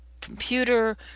computer